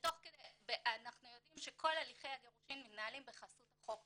אנחנו יודעים שכל הליכי הגירושים מתנהלים בחסות החוק,